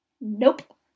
Nope